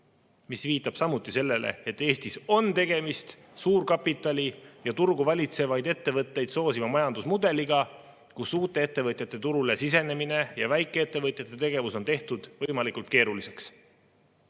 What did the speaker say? mis viitab samuti sellele, et Eestis on tegemist suurkapitali ja turgu valitsevaid ettevõtteid soosiva majandusmudeliga, uute ettevõtete turule sisenemine ja väikeettevõtjate tegevus on tehtud võimalikult keeruliseks.